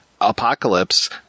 Apocalypse